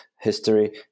history